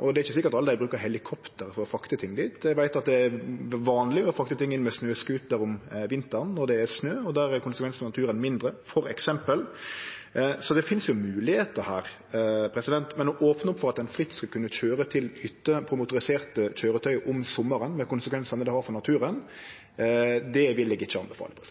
og det er ikkje sikkert alle brukar helikopter for å frakte ting dit. Eg veit at det er vanleg å frakte ting inn med snøscooter om vinteren når det er snø, og då er konsekvensane for naturen mindre, f.eks. Så det finst moglegheiter her, men å opne opp for at ein fritt skal kunne køyre til hytter på motoriserte køyretøy om sommaren, med konsekvensane det har for naturen, vil eg ikkje anbefale.